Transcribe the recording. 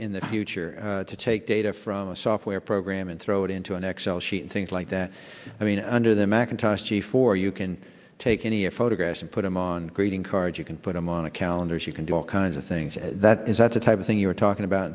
in the future to take data from a software program and throw it into an excel sheet things like that i mean under the macintosh g four you can take any photographs and put them on greeting cards you can put them on a calendar you can do all kinds of things is that the type of thing you're talking about